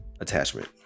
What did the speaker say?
attachment